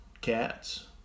cats